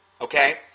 Okay